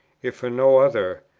if for no other,